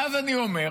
ואז אני אומר,